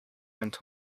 went